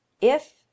If